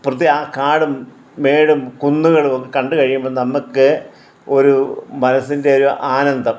പ്രേത്യ ആ കാടും മേടും കുന്നുകളും ഒക്കെ കണ്ടു കഴിയുമ്പം നമ്മക്ക് ഒരു മനസിൻ്റെ ഒരു ആനന്ദം